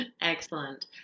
Excellent